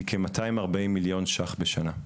היא כ- 240 מיליון ₪ בשנה.